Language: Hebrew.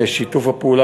ובשיתוף הפעולה,